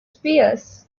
spears